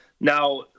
Now